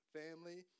family